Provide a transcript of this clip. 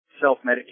self-medicate